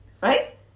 Right